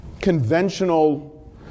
conventional